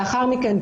לאחר מכן,